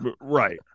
Right